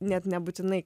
net nebūtinai